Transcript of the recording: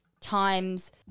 times